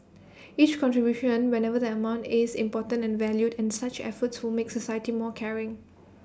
each contribution whatever the amount is important and valued and such efforts will make society more caring